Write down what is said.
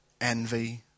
envy